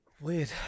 Weird